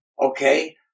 Okay